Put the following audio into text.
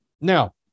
Now